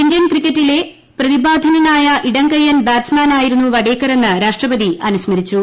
Indian ക്രിക്കറ്റിലെ പ്രതിദ്ദാൾന്നനായ ഇടംകയ്യൻ ബാറ്റ്സ്മാനായിരുന്നു വഡേക്കറ്റെന്ന് രാഷ്ട്രപതി അനുസ്മരിച്ചു